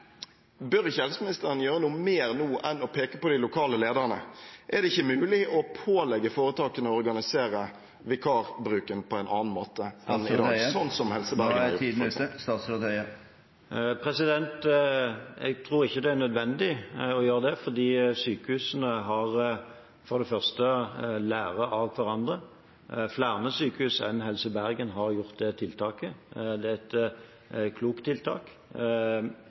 Bør ikke helseministeren gjøre noe mer nå enn å peke på de lokale lederne? Er det ikke mulig å pålegge foretakene å organisere vikarbruken på en annen måte enn i dag, slik Helse Bergen har gjort f.eks.? Jeg tror ikke det er nødvendig å gjøre det fordi sykehusene for det første lærer av hverandre. Flere sykehus enn Helse Bergen har gjort det tiltaket. Det er et klokt tiltak,